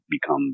become